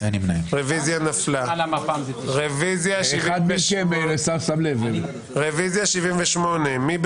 הצבעה בעד, 4 נגד, 9 נמנעים, אין